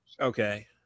Okay